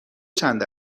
چند